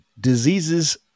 diseases